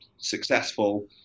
successful